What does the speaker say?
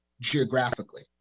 geographically